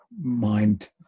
mind